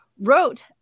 wrote